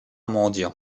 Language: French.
mendiant